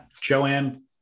Joanne